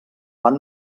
van